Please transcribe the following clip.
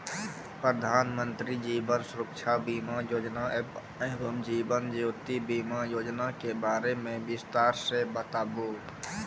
प्रधान मंत्री जीवन सुरक्षा बीमा योजना एवं जीवन ज्योति बीमा योजना के बारे मे बिसतार से बताबू?